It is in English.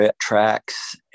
tracks